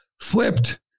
flipped